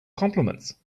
compliments